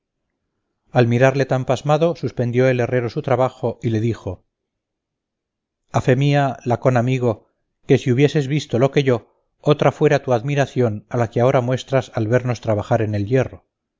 al mirarle tan pasmado suspendió el herrero su trabajo y le dijo a fe mía lacon amigo que si hubieses visto lo que yo otra fuera tu admiración a la que ahora muestras al vernos trabajar en el hierro